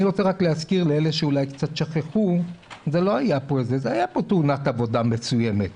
אני רוצה להזכיר לאלה שאולי קצת שכחו: הייתה פה תאונת עבודה מסוימת.